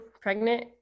pregnant